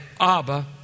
Abba